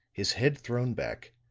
his head thrown back,